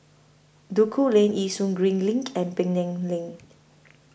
Duku Lane Yishun Green LINK and Penang Lane